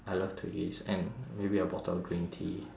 I love twiggies and maybe a bottle of green tea